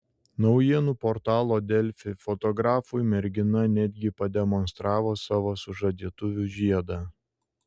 naujienų portalo delfi fotografui mergina netgi pademonstravo savo sužadėtuvių žiedą